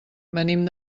venim